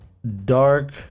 Dark